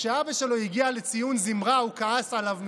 כשאבא שלו הגיע לציון זמרה, הוא כעס עליו מאוד.